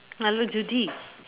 hello Judy